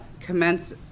commence